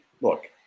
look